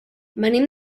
venim